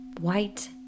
White